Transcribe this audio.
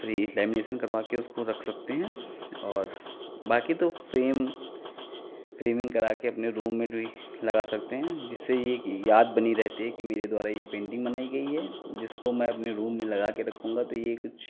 free lamination करवा के उसको रख सकते हैं और बाकी तो फ़्रेम फ़्रेमिंग करा के अपने रूम में भी लगा सकते हैं जिससे ये एक याद बनी रहती है कि मेरे द्वारा ये पेन्टिंग बनाई गई है जिसको मैं अपने रूम में लगा के रखूँगा तो ये कुछ